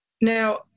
Now